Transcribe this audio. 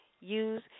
Use